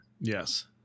Yes